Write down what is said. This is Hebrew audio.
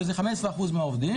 וזה 15 אחוזים מהעובדים.